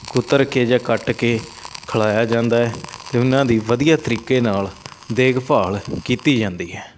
ਕੁਤਰ ਕੇ ਜਾਂ ਕੱਟ ਕੇ ਖਲਾਇਆ ਜਾਂਦਾ ਹੈ ਅਤੇ ਉਹਨਾਂ ਦੀ ਵਧੀਆ ਤਰੀਕੇ ਨਾਲ ਦੇਖਭਾਲ ਕੀਤੀ ਜਾਂਦੀ ਹੈ